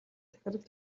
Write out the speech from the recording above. захирал